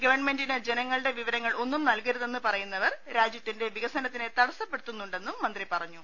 ഗവൺമെന്റീന് ജനങ്ങളുടെ വിവ രങ്ങൾ ഒന്നും നൽകരുതെന്ന് പറയുന്നവർ രാ്ജ്യത്തിന്റെ വികസന ത്തിനെ തടസ്സപ്പെടുത്തുന്നുണ്ടെന്നും മന്ത്രി പറഞ്ഞു